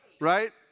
Right